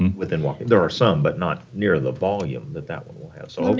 um within walking there are some but not near the volume that that one will have, so.